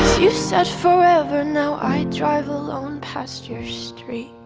you said forever now i drive alone past your street